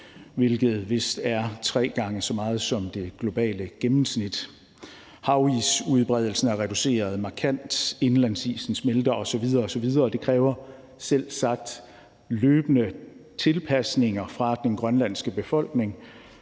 hvilket vist er tre gange så meget som det globale gennemsnit. Havisudbredelsen er reduceret markant, indlandsisen smelter osv. osv., og det kræver selvsagt løbende tilpasninger fra den grønlandske befolkning